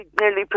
nearly